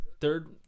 third